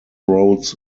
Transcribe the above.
roads